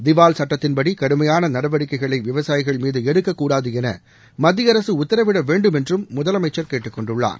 திவால் சுட்டத்தின்படி கடுமையான நடவடிக்கைகளை விவசாயிகள் மீது எடுக்கக்கூடாது என மத்திய அரசு உத்தரவிட வேண்டும் என்றும் முதலமைச்சர் கேட்டுக்கொண்டுள்ளார்